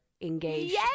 engaged